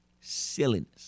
silliness